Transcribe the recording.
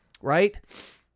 Right